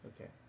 Okay